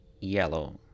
yellow